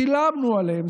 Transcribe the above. שילמנו עליהם.